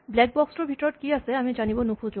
black box টোৰ ভিতৰত কি আছে আমি জানিব নুখোজো